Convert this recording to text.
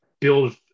build